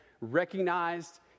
recognized